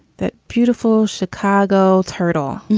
that beautiful chicago turtle.